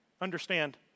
understand